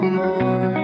more